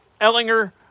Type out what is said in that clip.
Ellinger